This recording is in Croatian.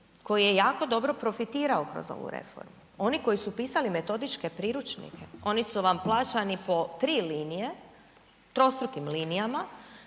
koji je jako dobro profitirao kroz ovu reformu, oni koji su pisali metodičke priručnike, oni su vam plaćani po 3 linije, trostrukim linijama,